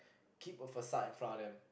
keep a facade in front of them